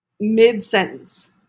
mid-sentence